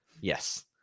Yes